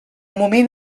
moment